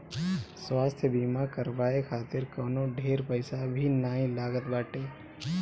स्वास्थ्य बीमा करवाए खातिर कवनो ढेर पईसा भी नाइ लागत बाटे